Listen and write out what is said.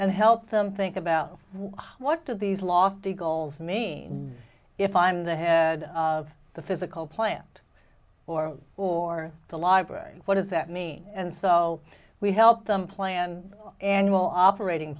and help them think about what do these lofty goals mean if i'm the head of the physical plant or or the library what does that mean and so we help them plan annual operating